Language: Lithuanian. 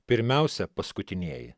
pirmiausia paskutinieji